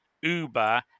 Uber